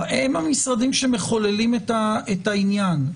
הם המשרדים שמחוללים את העניין.